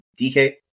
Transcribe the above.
DK